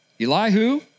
Elihu